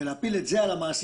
ולהפיל את זה על המעסיקים,